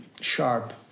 sharp